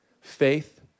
Faith